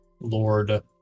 Lord